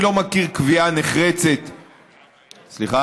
אני לא מכיר קביעה נחרצת, סליחה?